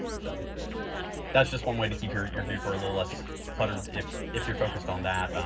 so that's just one way to keep your your viewpoint a little less cluttered if if you're focused on that.